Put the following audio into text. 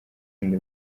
undi